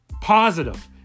positive